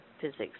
physics